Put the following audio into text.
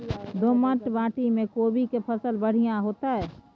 दोमट माटी में कोबी के फसल बढ़ीया होतय?